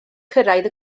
cyrraedd